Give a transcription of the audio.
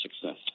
success